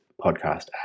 podcast